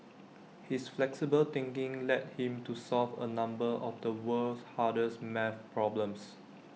his flexible thinking led him to solve A number of the world's hardest maths problems